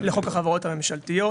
לחוק החברות הממשלתיות.